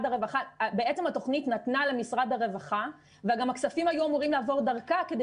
בעצם התוכנית נתנה למשרד הרווחה וגם הכספים היו אמורים לעבור דרכה כדי